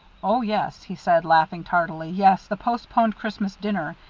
oh, yes, he said, laughing tardily. yes, the postponed christmas dinner.